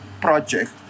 project